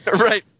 Right